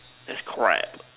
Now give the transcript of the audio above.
that's crab